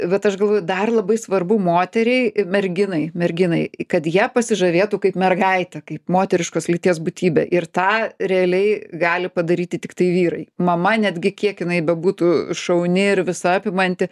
vat aš galvoju dar labai svarbu moteriai i merginai merginai kad ja pasižavėtų kaip mergaite kaip moteriškos lyties būtybe ir tą realiai gali padaryti tiktai vyrai mama netgi kiek jinai bebūtų šauni ir visa apimanti